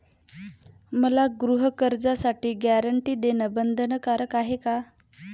मला गृहकर्जासाठी गॅरंटी देणं बंधनकारक आहे का?